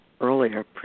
earlier